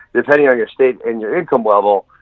depending on your state and your income level.